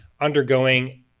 undergoing